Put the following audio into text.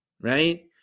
right